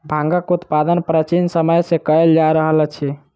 भांगक उत्पादन प्राचीन समय सॅ कयल जा रहल अछि